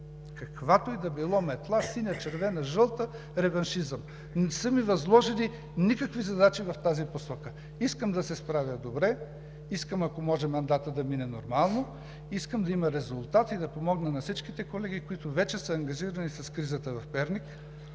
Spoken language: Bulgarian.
каквато и да било метла – синя, червена, жълта, реваншизъм. Не са ми възложени никакви задачи в тази посока. Искам да се справя добре. Искам, ако може, мандатът да мине нормално. Искам да има резултат и да помогна на всичките колеги, които вече са ангажирани с кризата в Перник.